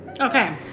okay